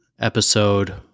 episode